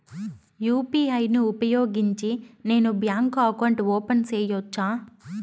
UPI ను ఉపయోగించి నేను బ్యాంకు అకౌంట్ ఓపెన్ సేయొచ్చా?